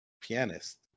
pianist